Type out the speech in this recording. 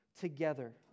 together